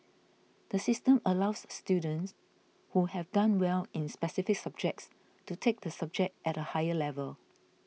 the system allows students who have done well in specific subjects to take the subject at a higher level